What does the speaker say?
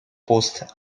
postes